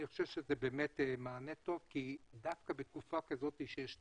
אני חושב שזה באמת מענה טוב כי דווקא בתקופה כזו שיש נגיף,